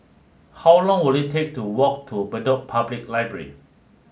how long will it take to walk to Bedok Public Library